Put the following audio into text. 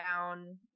down